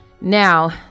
Now